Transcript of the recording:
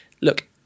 look